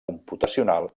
computacional